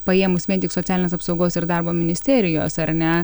paėmus vien tik socialinės apsaugos ir darbo ministerijos ar ne